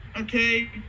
okay